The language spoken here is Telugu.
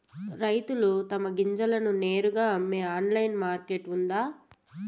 రైతులు తమ గింజలను నేరుగా అమ్మే ఆన్లైన్ మార్కెట్ ఉందా?